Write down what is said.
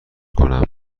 کنم